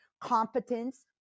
competence